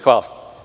Hvala.